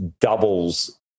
doubles